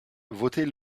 votez